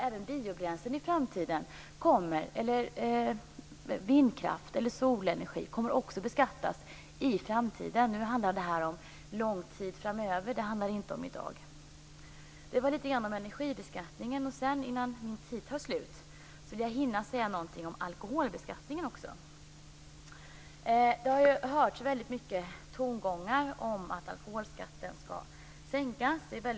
Även biobränslen, vindkraft och solenergi kommer att beskattas i framtiden. Det handlar om långt fram i tiden, inte om i dag. Detta var lite om energibeskattningen. Jag vill också säga någonting om alkoholbeskattningen. Det har hörts mycket tongångar om att alkoholskatten skall sänkas.